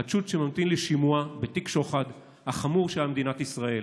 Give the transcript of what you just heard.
חשוד שממתין לשימוע בתיק השוחד החמור שהיה במדינת ישראל.